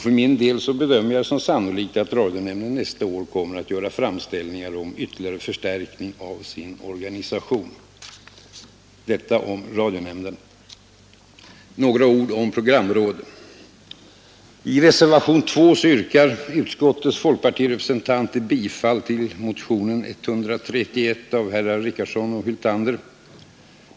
För min del bedömer jag det som sannolikt att radionämnden nästa år kommer att göra framställningar om ytterligare förstärkning av sin organisation. Detta om radionämnden. Nu några ord om programrådet. I reservationen 2 yrkar utskottets folkpartirepresentanter bifall till motionen 131 av herrar Richardson och Hyltander.